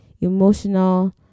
Emotional